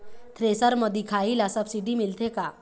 Thresher म दिखाही ला सब्सिडी मिलथे का?